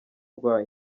rwa